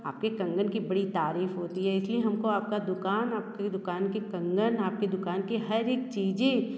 आपकी कंगन की बड़ी तारीफ होती है इसलिए हमको आपका दुकान आपकी दुकान की कंगन आपकी दुकान की हर एक चीज़ें